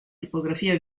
tipografia